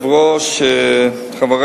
אפשר